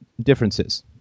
differences